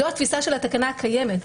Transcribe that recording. זו התפיסה של התקנה הקיימת,